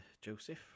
Joseph